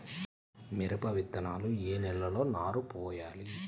మిరప విత్తనాలు ఏ నెలలో నారు పోయాలి?